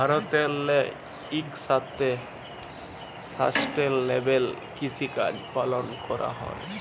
ভারতেল্লে ইকসাথে সাস্টেলেবেল কিসিকাজ পালল ক্যরা হ্যয়